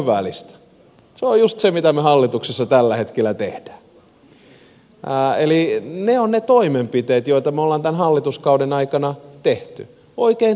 se on just se mitä me hallituksessa tällä hetkellä teemme eli ne ovat ne toimenpiteet joita me olemme tämän hallituskauden aikana tehneet oikein tai väärin